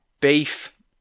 beef